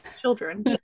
children